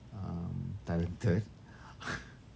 uh talented